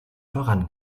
voran